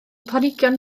planhigion